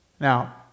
Now